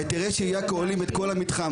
היתרי השהייה כוללים את כל המתחם,